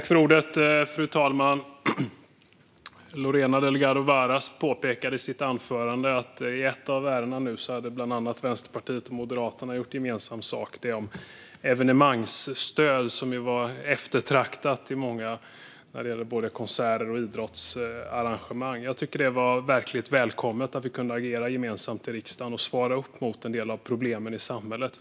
Fru talman! Lorena Delgado Varas påpekade i sitt anförande att i ett av ärendena hade bland andra Vänsterpartiet och Moderaterna gjort gemensam sak. Det handlade om evenemangsstöd, något som varit eftertraktat av många när det gäller både konserter och idrottsarrangemang. Jag tycker att det var verkligt välkommet att vi kunde agera gemensamt i riksdagen och svara upp mot en del av problemen i samhället.